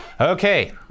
Okay